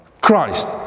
Christ